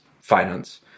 finance